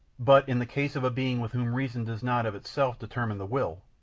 but in the case of a being with whom reason does not of itself determine the will,